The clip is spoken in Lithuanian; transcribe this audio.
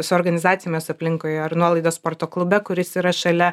su organizacijomis aplinkui ar nuolaidos sporto klube kuris yra šalia